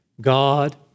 God